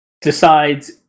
decides